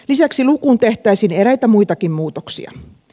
lisäksi lukuun tehtäisiin eräitä muitakin muutoksia